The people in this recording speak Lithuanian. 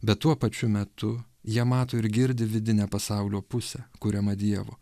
bet tuo pačiu metu jie mato ir girdi vidinę pasaulio pusę kuriamą dievo